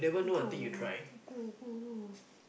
go go go go